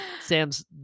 Sam's